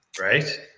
Right